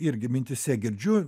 irgi mintyse girdžiu